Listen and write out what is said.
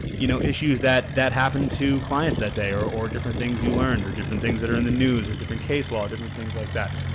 you know, issues that that happened to clients that day or or different things you learned or different things that are on and the news or different case law, different things like that.